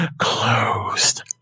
closed